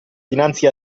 dinanzi